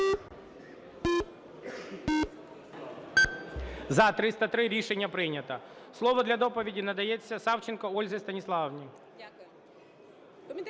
За-303 Рішення прийнято. Слово для доповіді надається Савченко Ользі Станіславівні.